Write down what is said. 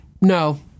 no